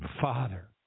Father